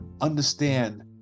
understand